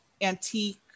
antique